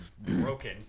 broken